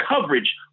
coverage